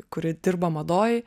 kuri dirba madoj